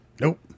Nope